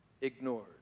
ignored